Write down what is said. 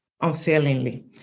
unfailingly